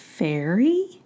fairy